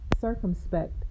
circumspect